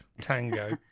Tango